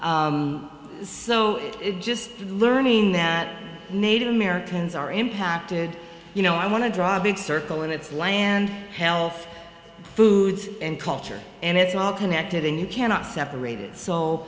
so it just learning that native americans are impacted you know i want to draw a big circle in its land health foods and culture and it's all connected and you cannot separate